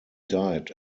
died